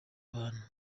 abantu